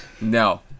No